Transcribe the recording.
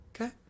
okay